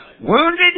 Wounded